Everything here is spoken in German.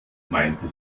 meinte